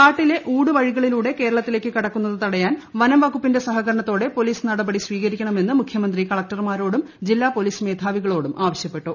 കാട്ടിലെ ്രഊട്ടൂവഴികളിലൂടെ കേരളത്തിലേയ്ക്ക് കടക്കുന്നത് തടയാൻ വനംവ്കുപ്പിന്റെ സഹകരണത്തോടെ പോലീസ് നടപടി സ്വീകരിക്കണമെന്ന് മുഖ്യമന്ത്രി കളക്ടർമാരോടും ജില്ലാ പോലീസ് മേധാവികളോട്ടൂം ആവശ്യപ്പെട്ടു